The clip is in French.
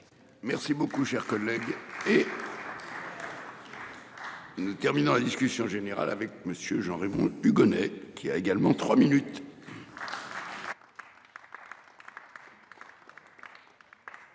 Merci beaucoup cher collègue et. Nous terminons la discussion générale avec monsieur Jean Rey vont Hugonnet qui a également trois minutes.